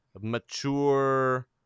mature